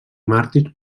màrtir